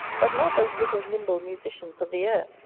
but not those little nimble musicians of the air,